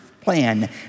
plan